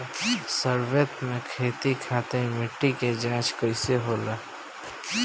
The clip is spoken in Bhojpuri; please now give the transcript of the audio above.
सर्वोत्तम खेती खातिर मिट्टी के जाँच कइसे होला?